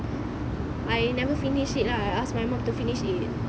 I never finish it lah I ask my mum to finish it